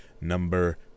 number